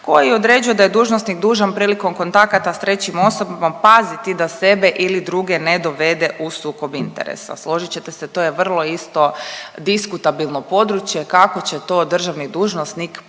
koji određuje da je dužnosnik dužan prilikom kontakata s trećim osobama paziti da sebe ili druge ne dovede u sukob interesa. Složit ćete se, to je vrlo isto, diskutabilno područje, kako će to državni dužnosnik paziti